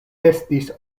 estis